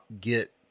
get